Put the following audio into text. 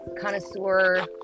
connoisseur